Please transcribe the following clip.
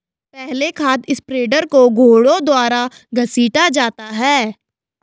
पहले खाद स्प्रेडर को घोड़ों द्वारा घसीटा जाता था